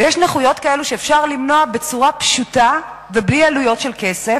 ויש נכויות שאפשר למנוע בצורה פשוטה ובלי עלויות של כסף,